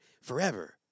forever